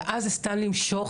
ואז זה סתם למשוך,